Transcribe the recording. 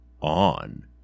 on